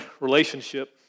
relationship